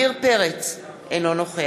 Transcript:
לא, להגיד